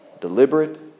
deliberate